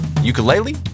ukulele